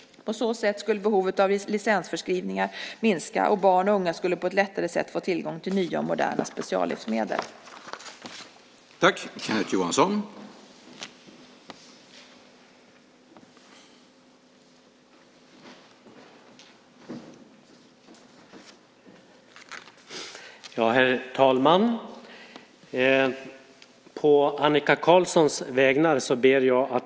På så sätt skulle behovet av licensförskrivningar minska, och barn och unga skulle på ett lättare sätt få tillgång till nya och moderna speciallivsmedel. Då Annika Qarlsson, som framställt interpellation 2005 06:440, anmält att de var förhindrade att närvara vid sammanträdet medgav förste vice talmannen att Kenneth Johansson och Erik Ullenhag i stället fick delta i överläggningen.